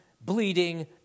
bleeding